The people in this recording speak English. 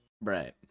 Right